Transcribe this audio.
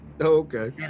Okay